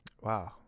wow